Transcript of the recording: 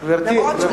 למרות,